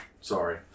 Sorry